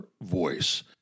voice